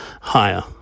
higher